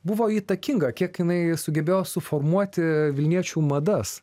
buvo įtakinga kiek jinai sugebėjo suformuoti vilniečių madas